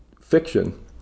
fiction